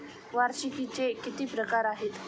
वार्षिकींचे किती प्रकार आहेत?